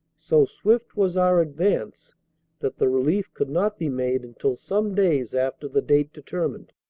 so swift was our advance that the relief could not be made until some days after the date determined.